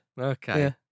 Okay